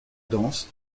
danse